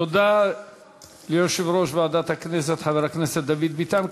תודה ליושב-ראש ועדת הכנסת חבר הכנסת דוד ביטן.